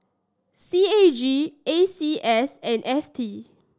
C A G A C S and F T